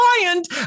client